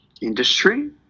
industry